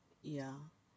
ya